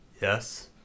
Yes